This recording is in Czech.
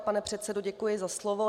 Pane předsedo, děkuji za slovo.